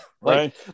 Right